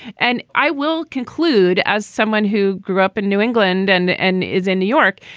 and i will conclude, as someone who grew up in new england and and is in new york,